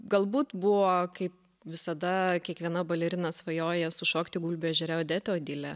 galbūt buvo kaip visada kiekviena balerina svajoja sušokti gulbių ežere odetę odilę